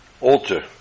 alter